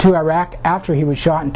to iraq after he was shot in